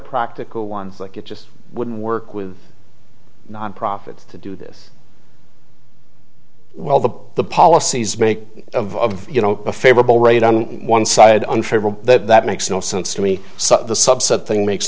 practical ones like it just wouldn't work with nonprofits to do this well the the policies make of you know a favorable rate on one side unfavorable but that makes no sense to me so the sub sub thing makes